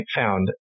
found